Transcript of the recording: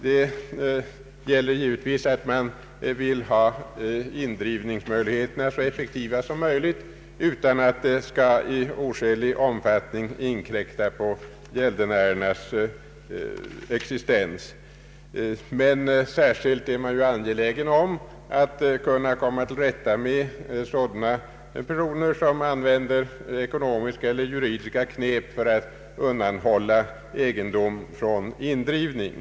Man vill givetvis ha indrivningsmöjligheterna så effektiva som möjligt utan att de skall i oskälig omfattning inkräkta på gäldenärernas existens. Särskilt är man ju angelägen om att komma till rätta med personer som använder ekonomiska eller juridiska knep för att undanhålla egendom från indrivning.